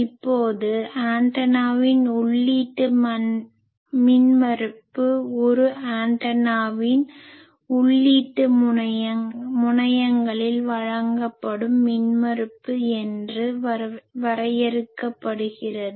இப்போது ஆண்டனாவின் உள்ளீட்டு மின்மறுப்பு ஒரு ஆண்டனாவின் உள்ளீட்டு முனையங்களில் வழங்கப்படும் மின்மறுப்பு என வரையறுக்கப்படுகிறது